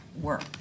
work